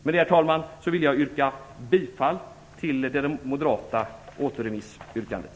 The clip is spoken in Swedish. Med det, herr talman, vill jag yrka bifall till det moderata återremissyrkandet.